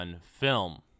film